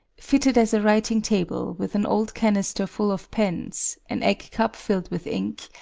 fitted as a writing table with an old canister full of pens, an eggcup filled with ink,